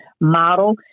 model